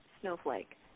Snowflake